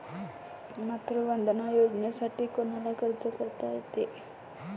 मातृवंदना योजनेसाठी कोनाले अर्ज करता येते?